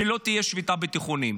שלא תהיה שביתה בתיכונים.